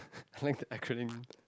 acronym